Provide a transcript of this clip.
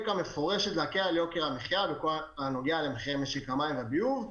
המפורשת להקל את יוקר המחיה בכל מה שנוגע למחירי משק המים והביוב.